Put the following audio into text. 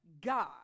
God